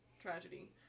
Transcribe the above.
Tragedy